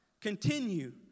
continue